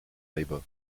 labor